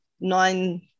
nine